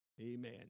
Amen